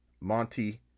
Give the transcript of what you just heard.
Monty